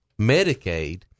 Medicaid